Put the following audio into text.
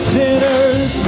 sinners